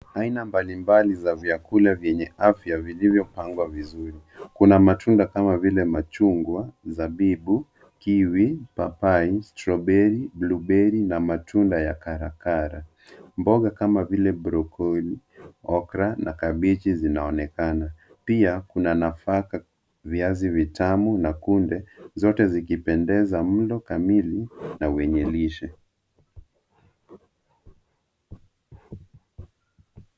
Aina mbalimbali za vyakula vyenye afya vilivyopangwa vizuri. Kuna matunda kama vile machungwa, zabibu, kiwi, papai, stroberi, blueberry na matunda ya karakara. Mboga kama vile brokoli, okra na kabichi zinaonekana. Pia kuna nafaka, viazi vitamu na kunde zote zikipendeza mlo kamili na wenye lishe.